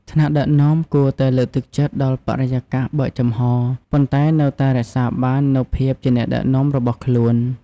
ថ្នាក់ដឹកនាំគួរតែលើកទឹកចិត្តដល់បរិយាកាសបើកចំហរ ប៉ុន្តែនៅតែរក្សាបាននូវភាពជាអ្នកដឹកនាំរបស់ខ្លួន។